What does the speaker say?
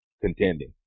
contending